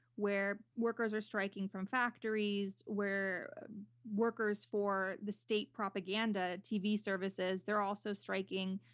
where workers are striking from factories where workers for the state propaganda tv services, they're also striking.